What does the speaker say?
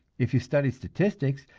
if you study statistics,